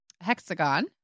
hexagon